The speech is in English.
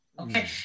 Okay